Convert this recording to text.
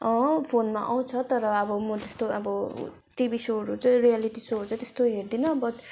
फोनमा आउँछ तर अब म त्यस्तो अब टिभी सोहरू चाहिँ रियालिटी सोहरू चाहिँ त्यस्तो हेर्दिन बट